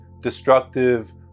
destructive